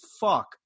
fuck